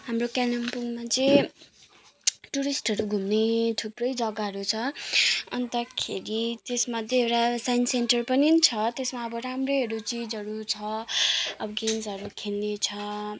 हाम्रो कालिम्पोङमा चाहिँ टुरिस्टहरू घुम्ने थुप्रै जग्गाहरू छ अन्तखेरि त्यसमध्ये एउटा साइन्स सेन्टर पनि छ त्यसमा अब राम्रैहरू चिजहरू छ अब गेम्सहरू खेल्ने छ